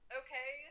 okay